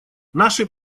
наши